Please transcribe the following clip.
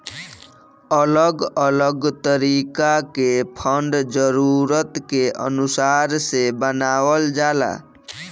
अलग अलग तरीका के फंड जरूरत के अनुसार से बनावल जाला